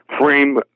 frame